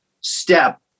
step